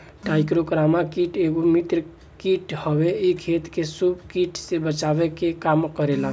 trichogramma कीट एगो मित्र कीट हवे इ खेत के शत्रु कीट से बचावे के काम करेला